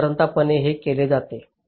साधारणपणे हेच केले जाते